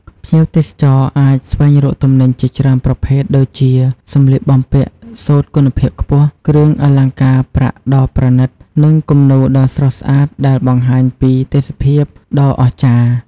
ភ្ញៀវទេសចរអាចស្វែងរកទំនិញជាច្រើនប្រភេទដូចជា សម្លៀកបំពាក់សូត្រគុណភាពខ្ពស់ គ្រឿងអលង្ការប្រាក់ដ៏ប្រណីត និងគំនូរដ៏ស្រស់ស្អាតដែលបង្ហាញពីទេសភាពដ៏អស្ចារ្យ។